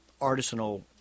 artisanal